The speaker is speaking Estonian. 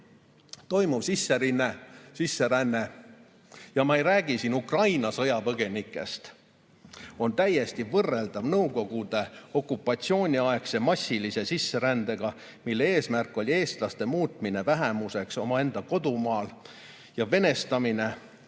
Toimuv sisseränne – ja ma ei räägi siin Ukraina sõjapõgenikest – on täiesti võrreldav Nõukogude okupatsiooni aegse massilise sisserändega, mille eesmärk oli eestlaste muutmine vähemuseks omaenda kodumaal ja venestamine ehk